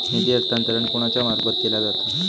निधी हस्तांतरण कोणाच्या मार्फत केला जाता?